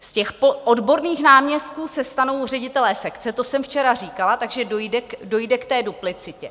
Z odborných náměstků se stanou ředitelé sekce to jsem včera říkala takže dojde k duplicitě.